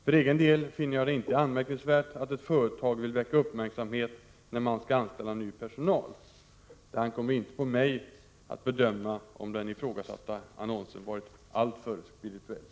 För egen del finner jag det inte anmärkningsvärt att ett företag vill väcka uppmärksamhet när man skall anställa ny personal. Det ankommer inte på mig att bedöma om den ifrågasatta annonsen varit alltför spirituell.